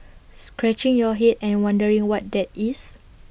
scratching your Head and wondering what that is